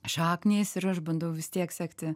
šaknys ir aš bandau vis tiek sekti